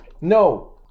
No